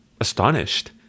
astonished